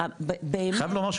אני חייב לומר,